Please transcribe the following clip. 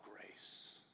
grace